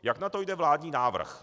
Jak na to jde vládní návrh?